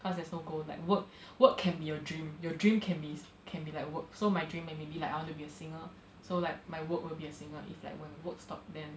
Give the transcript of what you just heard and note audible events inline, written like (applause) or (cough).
cause there's no goal like work (breath) work can be your dream your dream can be can be like work so my dream then maybe like I wanna be a singer so like my work will be a singer so if like when work stopped then